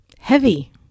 heavy